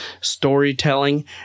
storytelling